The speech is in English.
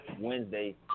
Wednesday